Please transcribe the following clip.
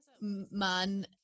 man